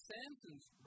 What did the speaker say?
Samson's